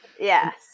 yes